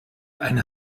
ein